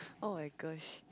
oh-my-gosh